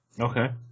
Okay